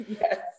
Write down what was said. yes